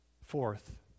fourth